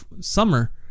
summer